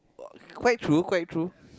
quite true quite true